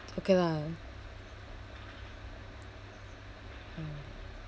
okay lah mm